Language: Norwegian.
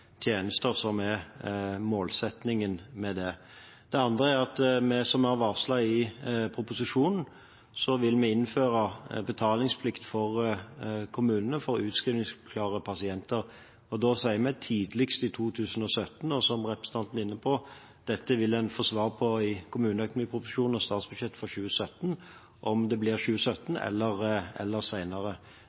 tjenester som er målsettingen. Det andre er at vi, som vi har varslet i proposisjonen, vil innføre betalingsplikt for kommunene for utskrivningsklare pasienter – tidligst i 2017. Som representanten er inne på, vil en få svar i kommuneproposisjonen og i statsbudsjettet for 2017 om det blir i 2017 eller